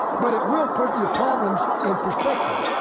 but it will put your problems in perspective.